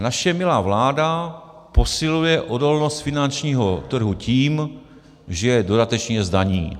Naše milá vláda posiluje odolnost finančního trhu tím, že ho dodatečně zdaní.